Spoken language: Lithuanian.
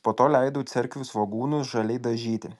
po to leidau cerkvių svogūnus žaliai dažyti